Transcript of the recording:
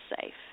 safe